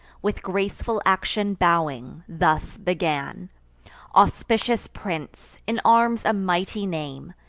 with graceful action bowing, thus began auspicious prince, in arms a mighty name,